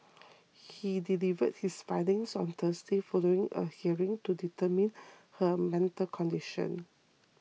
he delivered his findings on Thursday following a hearing to determine her mental condition